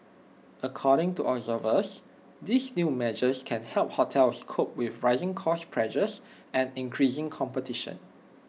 according to observers these new measures can help hotels cope with rising cost pressures and increasing competition